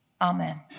Amen